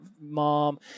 mom